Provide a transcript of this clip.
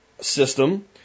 system